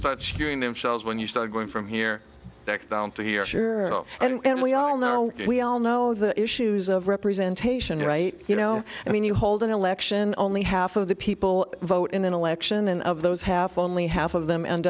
start screwing themselves when you start going from here to here sure and we all know we all know the issues of representation right you know i mean you hold an election only half of the people vote in an election and of those half only half of them end